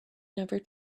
never